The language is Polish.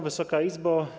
Wysoka Izbo!